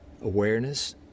awareness